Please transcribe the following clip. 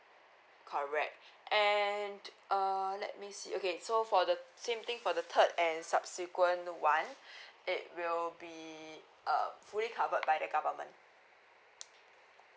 correct and uh let me see okay so for the same thing for the third and subsequent one it will be uh fully covered by the government